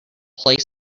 play